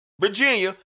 Virginia